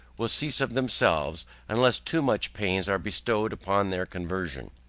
will cease of themselves unless too much pains are bestowed upon their conversion.